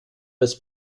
das